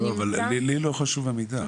אבל לי לא חשוב המידע.